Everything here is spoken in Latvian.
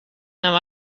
nav